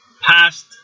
past